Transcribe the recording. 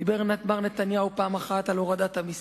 דיבר מר נתניהו פעם אחת על הורדת המסים,